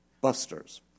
busters